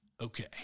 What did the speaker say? Okay